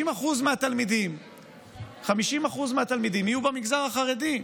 50% מהתלמידים יהיו במגזר החרדי.